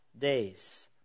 days